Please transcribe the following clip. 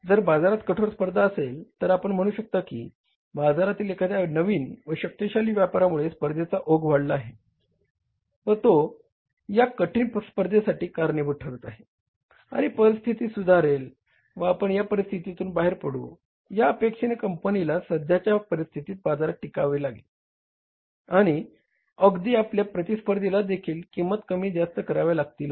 जर बाजारात कठोर स्पर्धा असेल तर आपण म्हणू शकता की बाजारातील एखाद्या नवीन व शक्तिशाली व्यापाऱ्यामुळे स्पर्धेचा ओघ वाढला आहे व तो या कठीण स्पर्धेसाठी कारणीभूत ठरत आहे आणि परिस्थिती सुधारेल व आपण या परिस्थितीतून बाहेर पडू या अपेक्षेने कंपनीला सध्याच्या परिस्थीतीत बाजारात टिकावे लागते आणि अगदी आपल्या प्रतिस्पर्धीला देखील किंमती कमी जास्त कराव्या लागतील